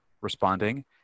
responding